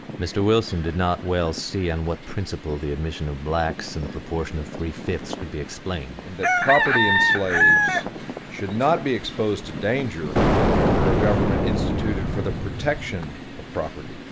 mr. wilson did not well see on what principle the admission of blacks in the proportion of three-fifths could be explained, and that property in slaves should not be exposed to danger under a government instituted for the protection of property.